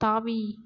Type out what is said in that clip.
தாவி